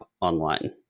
online